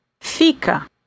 fica